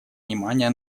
внимание